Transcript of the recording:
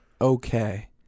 Okay